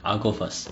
I'll go first